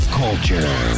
culture